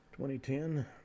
2010